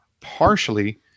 partially